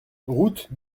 route